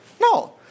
No